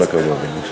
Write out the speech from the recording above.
פששש, כל הכבוד.